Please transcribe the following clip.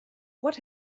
what